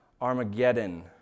Armageddon